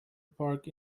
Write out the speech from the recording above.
park